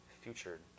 future